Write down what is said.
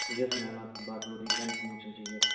یس ma'am آپ کی بات ہو رہی ہے کیا انفارمیشن چاہیے آپ کو